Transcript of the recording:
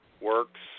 works